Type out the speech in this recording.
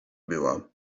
była